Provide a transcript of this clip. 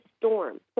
storm